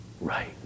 right